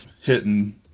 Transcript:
hitting